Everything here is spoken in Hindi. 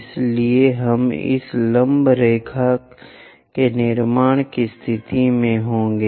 इसलिए हम इस लंब रेखा के निर्माण की स्थिति में होंगे